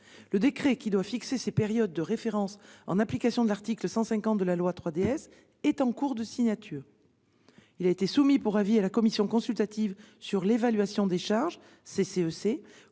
Le décret qui doit fixer ces périodes de référence en application de l'article 150 de la loi 3DS est en cours de signature. Le 16 novembre 2022, il a été soumis pour avis à la commission consultative sur l'évaluation des charges (CCEC),